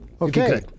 Okay